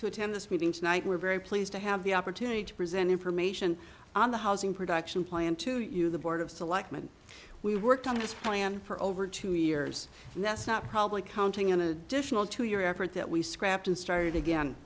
to attend this meeting tonight we're very pleased to have the opportunity to present information on the housing production plan to you the board of selectmen we worked on this plan for over two years and that's not probably counting an additional two year effort that we scrapped a